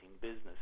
business